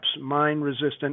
mine-resistant